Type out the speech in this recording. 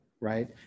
right